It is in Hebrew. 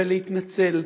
בלהתנצל,